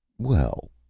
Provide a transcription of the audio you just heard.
well,